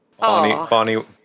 Bonnie